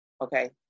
Okay